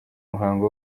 muhango